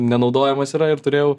nenaudojamas yra ir turėjau